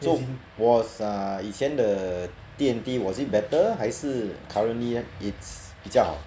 so was err 以前的 D&D was it better 还是 currently it's 比较好